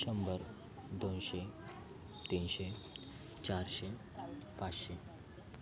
शंभर दोनशे तीनशे चारशे पाचशे